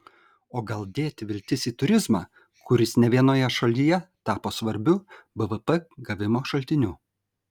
o gal dėti viltis į turizmą kuris ne vienoje šalyje tapo svarbiu bvp gavimo šaltiniu